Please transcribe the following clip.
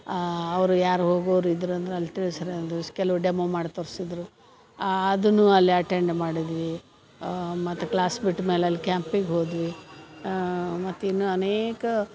ಅವರು ಯಾರು ಹೋಗೋರು ಇದ್ರಂದ್ರೆ ಅಲ್ಲಿ ತಿಳಿಸ್ರಿ ಅಂದರು ಕೆಲವು ಡೆಮೋ ಮಾಡಿ ತೋರಿಸಿದ್ರು ಆ ಅದನ್ನು ಅಲ್ಲೇ ಅಟೆಂಡ್ ಮಾಡಿದ್ವಿ ಮತ್ತು ಕ್ಲಾಸ್ ಬಿಟ್ಮೇಲೆ ಅಲ್ಲಿ ಕ್ಯಾಂಪಿಗೆ ಹೋದ್ವಿ ಮತ್ತು ಇನ್ನೂ ಅನೇಕ